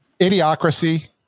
Idiocracy